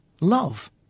love